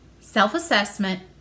self-assessment